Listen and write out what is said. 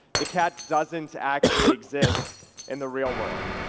the cat doesn't actually exist in the real world.